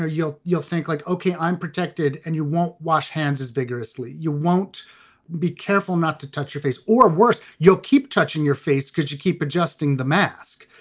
you'll you'll think like, ok, i'm protected and you won't wash hands as vigorously. you won't be careful not to touch your face. or worse, you'll keep touching your face because you keep adjusting the mask,